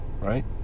Right